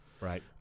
Right